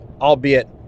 albeit